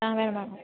ആ വേണം വേണം